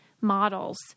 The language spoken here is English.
models